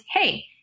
hey